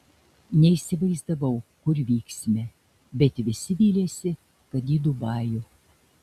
neįsivaizdavau kur vyksime bet visi vylėsi kad į dubajų